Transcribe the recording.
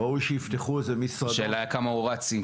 ראוי שיפתחו איזה משרדון --- השאלה כמה הוא רץ,